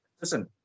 Listen